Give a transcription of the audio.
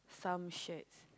some shirts